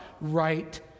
right